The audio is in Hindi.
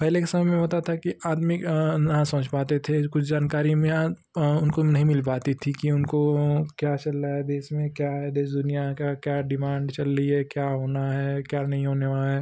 पहले के समय में होता था कि आदमी नहीं समझ पाते थे कुछ जानकारी में या उनको नहीं मिल पाती थी कि उनको क्या चल रहा है देश में क्या है देश दुनिया की क्या डिमाण्ड चल रही है क्या होना है क्या नहीं होने वाला है